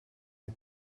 sie